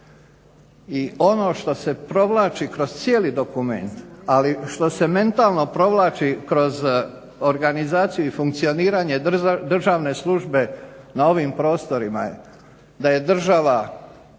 i ono što se provlači kroz cijeli dokument, ali što se mentalno provlači kroz organizaciju i funkcioniranje državne službe na ovim prostorima je da je država